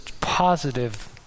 positive